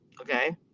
Okay